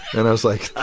and i was like, ah